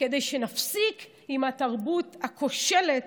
כדי שנפסיק עם התרבות הכושלת